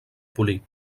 polir